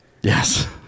yes